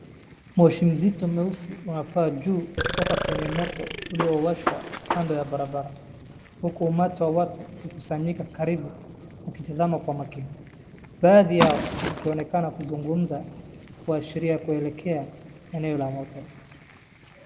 Moshi mzito mweusi unapaa juu kutoka kwenye moto uliowashwa kando ya barabara huku umati wa watu ukikusanyika karibu wakitazama kwa makini baadhi yao wakionekana kuzungumza na kuashiria kuelekea eneo la moto.